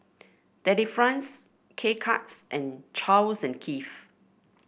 Delifrance K Cuts and Charles and Keith